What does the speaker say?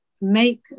make